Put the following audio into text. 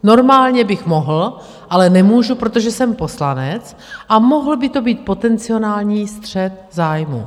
Normálně bych mohl, ale nemůžu, protože jsem poslanec a mohl by to být potenciální střet zájmů.